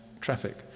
traffic